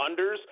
unders